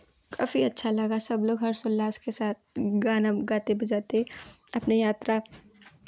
काफ़ी अच्छा लगा सब लोग हर्ष उल्लास के साथ गाना गाते बजाते अपनी यात्रा